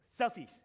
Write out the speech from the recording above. Selfies